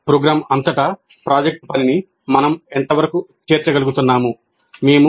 programme అంతటా project పనిని మనం ఎంతవరకు చేర్చగలుగుతున్నాము